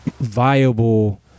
viable